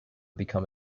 become